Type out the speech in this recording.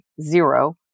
zero